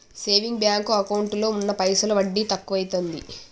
saving bank ఎకౌంటులో ఉన్న పైసలు వడ్డి తక్కువైతాంది